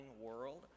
world